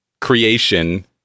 creation